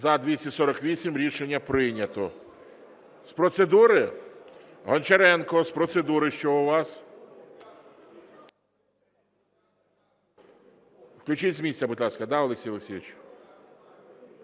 За-248 Рішення прийнято. З процедури? Гончаренко – з процедури. Що у вас? Включіть з місця, будь ласка. Да, Олексій Олексійович.